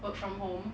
work from home